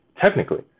technically